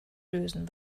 lösen